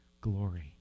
glory